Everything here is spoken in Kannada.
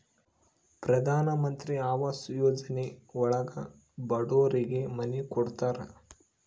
ಪ್ರಧನಮಂತ್ರಿ ಆವಾಸ್ ಯೋಜನೆ ಒಳಗ ಬಡೂರಿಗೆ ಮನೆ ಕೊಡ್ತಾರ